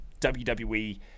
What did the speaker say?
wwe